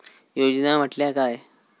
योजना म्हटल्या काय?